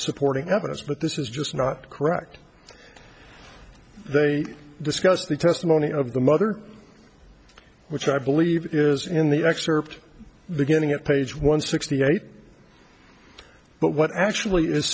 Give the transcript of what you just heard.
supporting evidence but this is just not correct they discuss the testimony of the mother which i believe is in the excerpt beginning at page one sixty eight but what actually is